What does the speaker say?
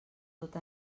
tot